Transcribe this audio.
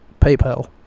PayPal